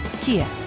Kia